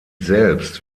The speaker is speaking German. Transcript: selbst